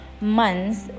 months